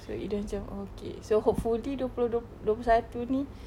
so ida macam okay so hopefully dua puluh dua dua puluh satu ini